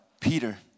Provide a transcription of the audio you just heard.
Peter